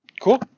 Cool